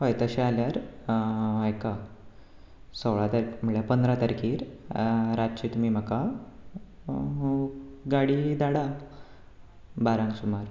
हय तशें जाल्यार हाका सोळा तारखेर म्हळ्यार पंदरा तारखेर रातचे तुमी म्हाका गाडी धाडा बारांक सुमार